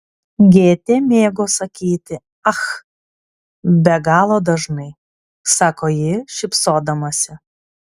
gėtė mėgo sakyti ach be galo dažnai sako ji šypsodamasi